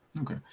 Okay